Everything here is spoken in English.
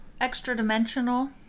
extra-dimensional